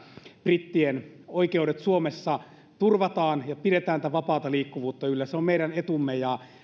brittien oikeudet suomessa turvataan ja pidetään tätä vapaata liikkuvuutta yllä se on meidän etumme ja